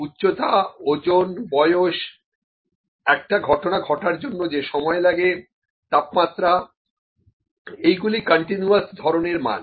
উচ্চতা ওজন বয়স একটা ঘটনা ঘটার জন্য যে সময় লাগে তাপমাত্রা এইগুলি কন্টিনিউয়াস ধরনের মান